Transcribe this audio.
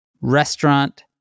restaurant